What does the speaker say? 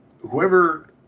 whoever